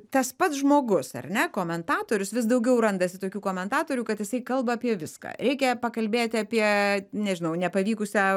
tas pats žmogus ar ne komentatorius vis daugiau randasi tokių komentatorių kad jisai kalba apie viską reikia pakalbėti apie nežinau nepavykusią